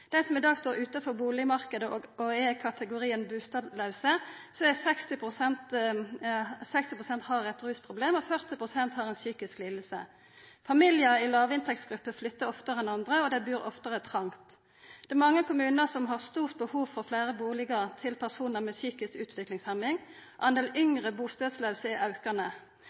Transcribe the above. dei som i dag står utanfor bustadmarknaden og er i kategorien bustadlause, har 60 pst. eit rusproblem, og 40 pst. har ei psykisk liding. Familiar i låginntektsgrupper flyttar oftare enn andre, og dei bur oftare trongt. Det er mange kommunar som har stort behov for fleire bustader til personar med psykisk utviklingshemming. Delen av yngre bustadlause er aukande.